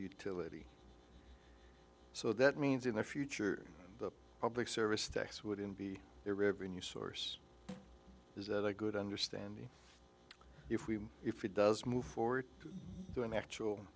utility so that means in the future the public service tax wouldn't be their revenue source is that a good understanding if we if it does move forward to an actual